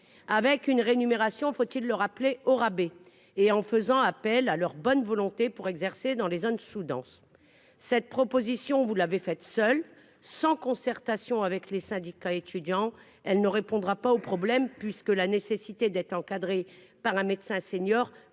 avec une rémunération- faut-il le rappeler ? -au rabais, et vous comptez sur leur bonne volonté pour exercer dans les zones sous-denses. Cette proposition, que vous avez formulée tout seul, sans concertation avec les syndicats étudiants, ne répondra pas aux problèmes, puisque la nécessité d'être encadré par un médecin senior